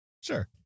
sure